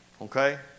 okay